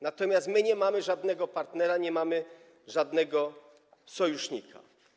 Natomiast my nie mamy żadnego partnera, nie mamy żadnego sojusznika.